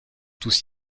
tous